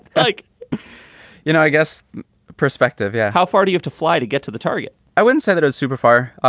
like you know, i guess perspective yeah. how far do you go to fly to get to the target? i wouldn't say that is super far.